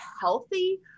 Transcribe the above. healthy